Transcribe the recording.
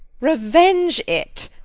revenge it,